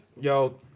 Yo